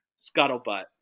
Scuttlebutt